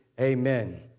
Amen